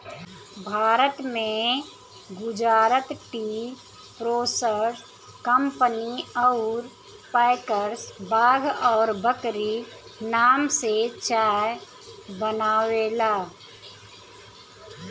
भारत में Gujarat tea processors company अउर packers Bagh और बकरी नाम से चाय बनावेला